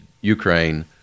Ukraine